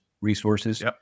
resources